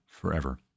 forever